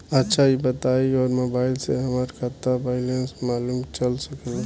अच्छा ई बताईं और मोबाइल से हमार खाता के बइलेंस मालूम चल सकेला?